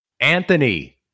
Anthony